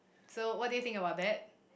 so what do you think about that